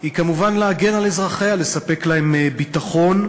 היא כמובן להגן על אזרחיה, לספק להם ביטחון,